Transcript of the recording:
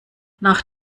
nach